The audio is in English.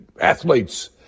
athletes